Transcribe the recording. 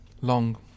Long